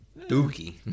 Dookie